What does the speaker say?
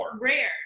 rare